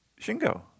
Shingo